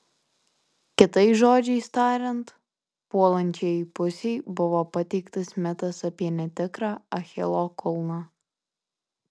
kitais žodžiais tariant puolančiajai pusei buvo pateiktas mitas apie netikrą achilo kulną